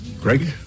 Greg